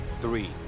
Three